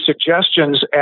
suggestions